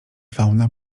fauna